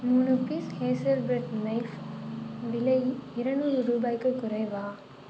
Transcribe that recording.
மூணு piece hazel bread knife விலை இருநூறு ரூபாய்க்கு குறைவா